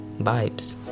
vibes